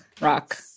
rock